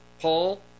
Paul